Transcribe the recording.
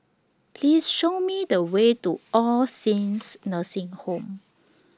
Please Show Me The Way to All Saints Nursing Home